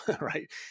right